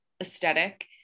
aesthetic